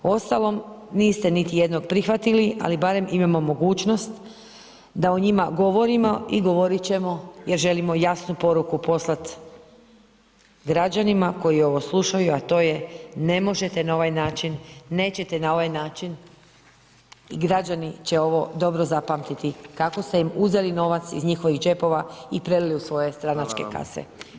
Uostalom, niste niti jednog prihvatili, ali barem imamo mogućnost da o njima govorimo i govorit ćemo jer želimo jasnu poruku poslat građanima koji ovo slušaju, a to je ne možete na ovaj način, nećete na ovaj način i građani će ovo dobro zapamtiti kako ste im uzeli novac iz njihovih džepova i prelili u svoje [[Upadica: Hvala vam]] stranačke kase.